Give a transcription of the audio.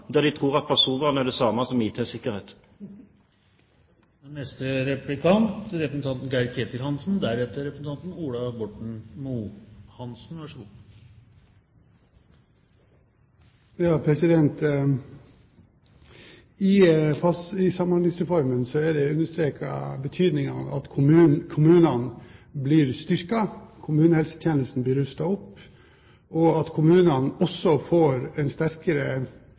der de tror at personvern er det samme som IT-sikkerhet. I Samhandlingsreformen er det understreket betydningen av at kommunene blir styrket, at kommunehelsetjenesten blir rustet opp, og at kommunene også får en sterkere